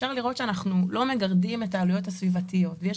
אפשר לראות שאנחנו לא מגרדים את העלויות הסביבתיות ויש